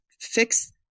fix